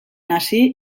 hasi